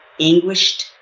anguished